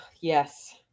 Yes